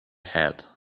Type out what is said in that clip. hat